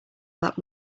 that